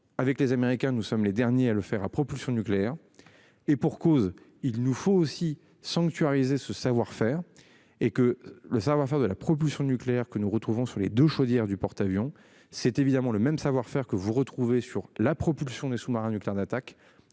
avec les Américains, nous sommes les derniers à le faire à propulsion nucléaire. Et pour cause, il nous faut aussi sanctuariser ce savoir-faire et que le savoir-, faire de la propulsion nucléaire que nous retrouvons sur les 2 chaudière du porte-avions c'est évidemment le même savoir-faire que vous retrouvez sur la propulsion des sous-marins nucléaires d'attaque